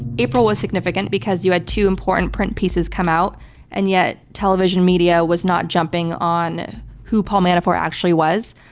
april was significant because you had two important print pieces come out and yet television media was not yet jumping on who paul manafort actually was.